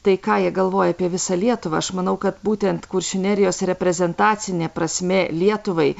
tai ką jie galvoja apie visą lietuvą aš manau kad būtent kuršių nerijos reprezentacinė prasmė lietuvai